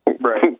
Right